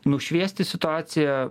nušviesti situaciją